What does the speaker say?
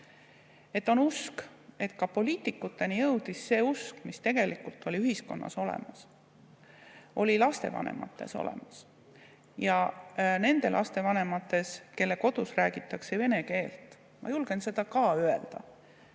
On usk, et ka poliitikuteni on jõudnud see usk, mis tegelikult oli ühiskonnas olemas. See oli lastevanemates olemas, ka nende laste vanemates, kelle kodus räägitakse vene keelt. Ma julgen seda öelda,